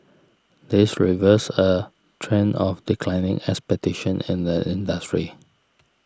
this reverses a trend of declining expectations in the industry